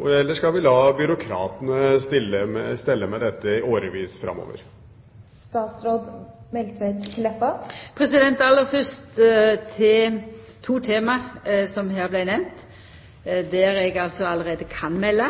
eller skal vi la byråkratene stelle med dette i årevis framover? Aller fyrst til to tema som vart nemnde her, og der eg altså allereie kan